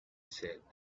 said